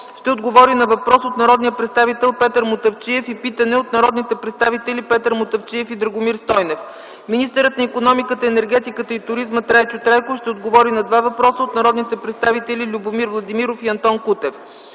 ще отговори на въпрос от народния представител Петър Мутафчиев и питане от народните представители Петър Мутафчиев и Драгомир Стойнев. Министърът на икономиката, енергетиката и туризма Трайчо Трайков ще отговори на два въпроса от народните представители Любомир Владимиров и Антон Кутев.